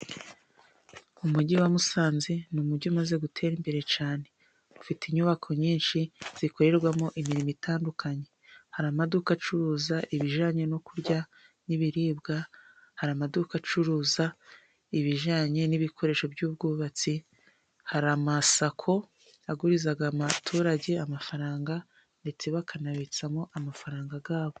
Umujyi wa Musanze ni umujyi umaze gutera imbere cyane, ufite inyubako nyinshi zikorerwamo imirimo itandukanye, hari amaduka acuruza ibijyanye no kurya n'ibiribwa, hari amaduka acuruza ibijyanye n'ibikoresho by'ubwubatsi, hari amasako aguriza umuturage amafaranga, ndetse bakanabitsamo amafaranga yabo.